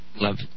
love